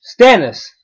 Stannis